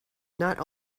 not